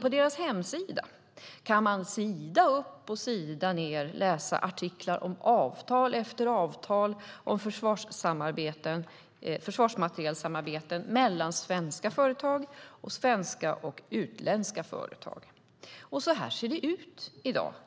På deras hemsida kan man läsa artiklar om avtal efter avtal om försvarsmaterielsamarbete mellan svenska företag och svenska och utländska företag. Så ser det ut i dag.